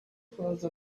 close